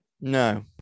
No